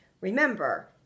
Remember